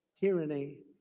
tyranny